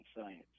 science